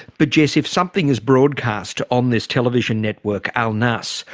but jess if something is broadcast on this television network al nas,